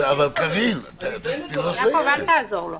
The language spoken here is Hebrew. קארין --- יעקב, אל תעזור לו.